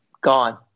gone